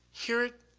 hear it,